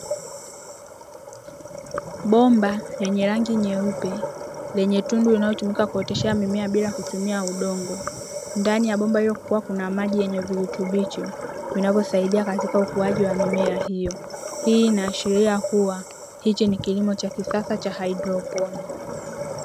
Bomba lenye rangi nyeupe lenye tundu linalo tumika kuoteshea mimea bila kutumia udongo ndani ya bomba hilo kukiwa kuna maji yenye virutubisho vinavyo saidia katika ukuaji wa mimea hiyo, hii inaashiria kuwa hiki ni kilimo cha kisasa cha haidroponi.